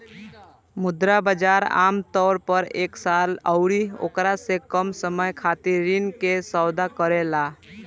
मुद्रा बाजार आमतौर पर एक साल अउरी ओकरा से कम समय खातिर ऋण के सौदा करेला